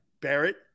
Barrett